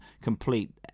complete